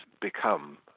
become